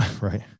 right